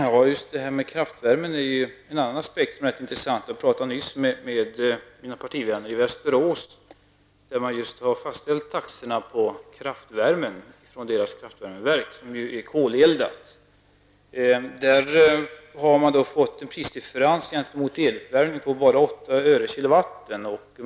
Herr talman! Kraftvärmen är en annan aspekt som är intressant. Jag pratade nyss med mina partivänner i Västerås. Där har man just fastställt taxorna på kraftvärmen från kraftvärmeverket där som är koleldat. Där har man fått en prisdifferens gentemot elvärmen på endast 8 öre per kilowatt.